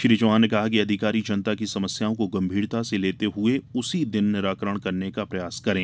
श्री चौहान ने कहा कि अधिकारी जनता की समस्याओं को गंभीरता से लेते हये उसी दिन निराकरण करने का प्रयास करें